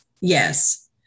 Yes